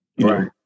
Right